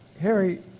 Harry